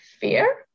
fear